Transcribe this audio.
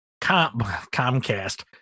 Comcast